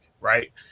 right